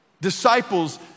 disciples